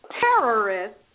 terrorists